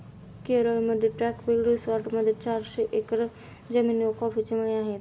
केरळमधील ट्रँक्विल रिसॉर्टमध्ये चारशे एकर जमिनीवर कॉफीचे मळे आहेत